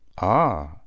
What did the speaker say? Ah